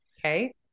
Okay